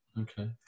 Okay